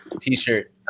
t-shirt